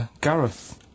Gareth